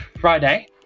Friday